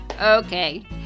okay